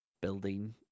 building